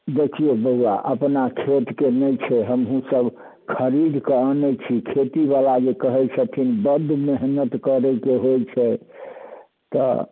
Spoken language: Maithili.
देखियौ बौआ अपना खेत के नहि छै हमहूँ सब खरीदके अनै छी खेती बला जे कहै छथिन बड्ड मेहनत करैके होइ छै तऽ